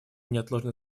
неотложной